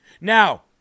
Now